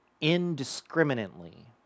indiscriminately